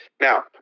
Now